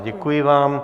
Děkuji vám.